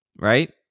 right